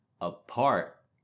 apart